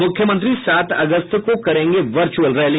मुख्यमंत्री सात अगस्त को करेंगे वचुर्अल रैली